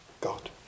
God